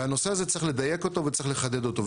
והנושא הזה צריך לדייק אותו וצריך לחדד אותו.